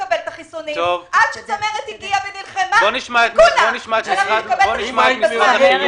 עד שצמרת הגיעה ונלחמה שכולנו נקבל גם את החיסונים.